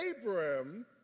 Abraham